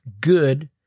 good